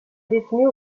détenue